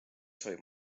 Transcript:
soovib